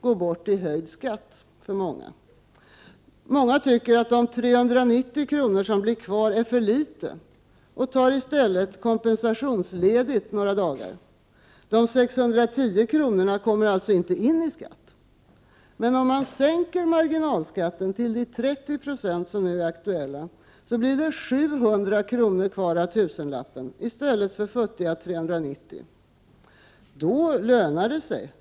gå bort i höjd skatt för många människor. Många tycker att de 390 kr. som blir kvar är för litet och tar i stället kompensationsledigt några dagar. De 610 kronorna kommer alltså inte in i skatt. Men om marginalskatten sänks till de 30 96 som nu är aktuella, blir det 700 kr. kvar av tusenlappen i stället för futtiga 390 kr., och då lönar det sig.